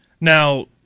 Now